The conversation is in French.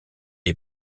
est